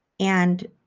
and